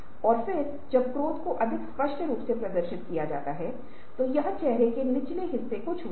और दृष्टि की आवश्यकता के अनुपालन के लिए कुछ गतिविधियाँ वांछित हैं